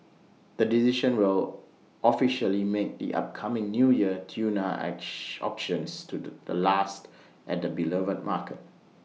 the decision will officially make the upcoming New Year tuna auctions to the the last at the beloved market